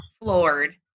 floored